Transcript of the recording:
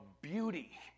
beauty